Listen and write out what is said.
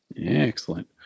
Excellent